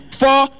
four